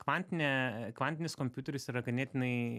kvantine kvantinis kompiuteris yra ganėtinai